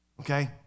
okay